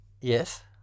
Yes